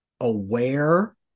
aware